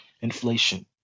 Inflation